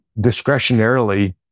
discretionarily